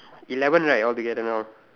eleven right altogether now